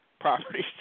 properties